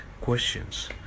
questions